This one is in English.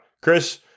Chris